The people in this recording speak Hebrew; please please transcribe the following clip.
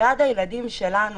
בעד הילדים שלנו.